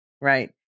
Right